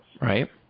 Right